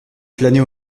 flâner